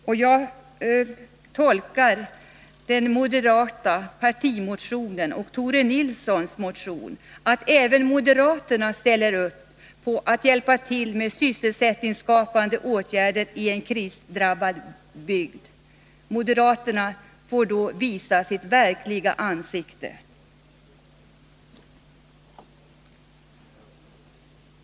Och jag tolkar den moderata partimotionen och Tore Nilssons motion så, att även moderaterna ställer upp påaatt hjälpa till med sysselsättningsskapande åtgärder i en krisdrabbad bygd. Moderaterna får då visa sitt verkliga ansikte.